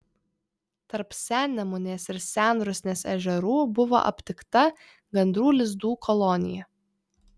tarp sennemunės ir senrusnės ežerų buvo aptikta gandrų lizdų kolonija